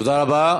תודה רבה.